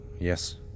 yes